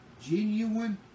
genuine